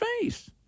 face